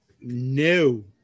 No